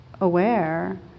aware